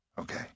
Okay